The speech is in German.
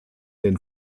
den